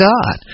God